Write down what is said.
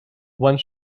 one